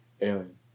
alien